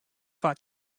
foar